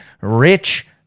rich